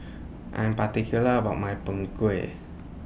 I Am particular about My Png Kueh